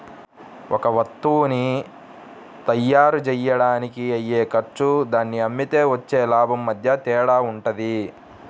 ఒక వత్తువుని తయ్యారుజెయ్యడానికి అయ్యే ఖర్చు దాన్ని అమ్మితే వచ్చే లాభం మధ్య తేడా వుంటది